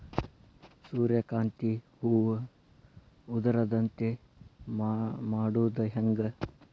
ಸೂರ್ಯಕಾಂತಿ ಹೂವ ಉದರದಂತೆ ಮಾಡುದ ಹೆಂಗ್?